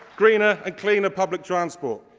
greener and cleaner public transport.